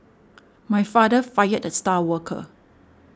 my father fired the star worker